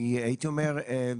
הייתי אומר שהוא